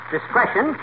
discretion